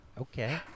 Okay